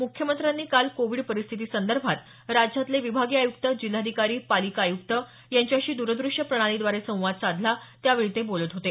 मुख्यमंत्र्यांनी काल कोविड परिस्थितीसंदर्भात राज्यातले विभागीय आयुक्त जिल्हाधिकारी पालिका आयुक्त यांच्याशी दूरदृश्य प्रणालीद्वारे संवाद साधला त्यावेळी ते बोलत होते